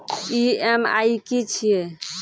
EMI की छिये?